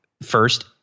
first